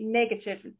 negative